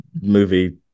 movie